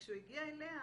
כשהוא הגיע אליה,